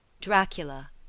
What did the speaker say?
Dracula